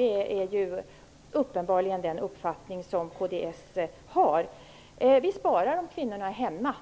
Det är uppenbarligen den uppfattning som kds har: Vi sparar om kvinnorna är hemma.